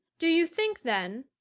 do you think, then,